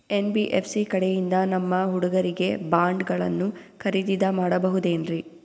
NBFC ಕಡೆಯಿಂದ ನಮ್ಮ ಹುಡುಗರಿಗೆ ಬಾಂಡ್ ಗಳನ್ನು ಖರೀದಿದ ಮಾಡಬಹುದೇನ್ರಿ?